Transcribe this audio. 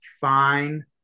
fine